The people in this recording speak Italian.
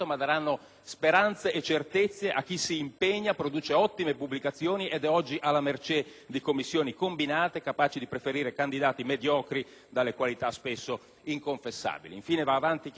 speranze e certezze a chi si impegna, produce ottime pubblicazioni ed oggi è alla mercé di commissioni combinate, capaci di preferire candidati mediocri, dalle qualità spesso inconfessabili. Infine, va avanti chi merita